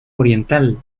oriental